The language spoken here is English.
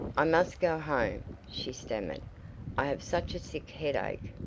i must go home she stammered i have such a sick headache.